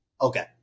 Okay